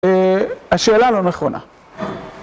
השאלה לא נכונה.